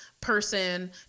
person